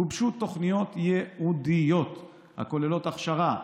גובשו תוכניות ייעודיות הכוללות הכשרה,